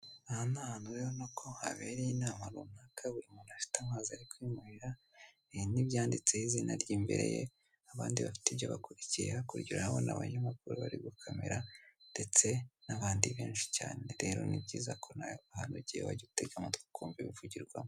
Aha ni ahantu ubona ko habereye inama runaka buri muntu afite amazi yo kwinywera n'ibyanditseho izina rye imbere ye, abandi bafite ibyo bakurikiye hakurya urahabona abanyamakuru bari gukamera ndetse n'abandi benshi cyane. Rero ni byiza ko nawe ahantu ugiye wajya utege amatwi ukumva ibivugirwamo.